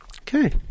Okay